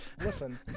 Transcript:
Listen